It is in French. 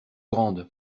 grande